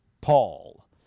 Paul